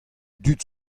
dud